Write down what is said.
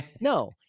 No